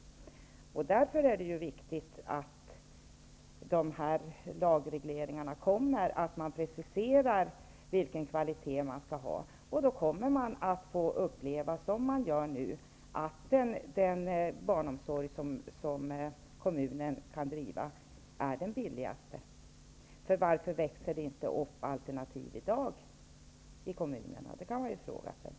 Därför är det viktigt att man i de kommande lagregleringarna preciserar vilken kvalitet det skall vara. Då kommer vi att få uppleva, som nu, att den barnomsorg som kommunerna kan driva är den billigaste. Varför växer det inte upp alternativ i dag i kommunerna? Det kan man fråga sig.